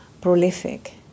prolific